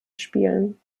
spielen